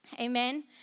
Amen